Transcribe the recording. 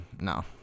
no